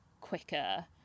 quicker